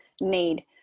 need